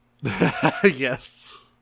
Yes